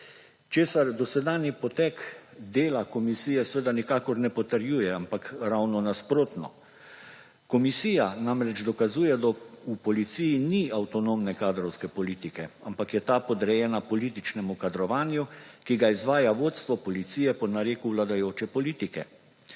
česar dosedanji potek dela komisije seveda nikakor ne potrjuje; ampak ravno nasprotno. Komisija namreč dokazuje, da v policiji ni avtonomne kadrovske politike, ampak je ta podrejena političnemu kadrovanju, ki ga izvaja vodstvo policije po nareku vladajoče politike.